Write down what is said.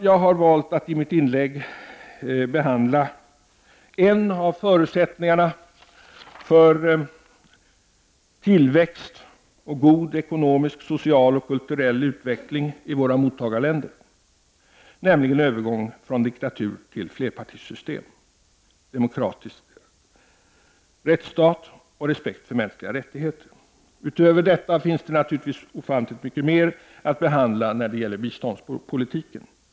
Jag har valt att i mitt inlägg behandla en av förutsättningarna för tillväxt och god ekonomisk samt social och kulturell utveckling i våra mottagarländer, nämligen övergång från diktatur till flerpartisystem, en demokratisk rättsstat och respekt för mänskliga rättigheter. Utöver detta finns det naturligtvis ofantligt mycket mer att behandla när det gäller biståndspolitiken.